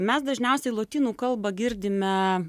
mes dažniausiai lotynų kalbą girdime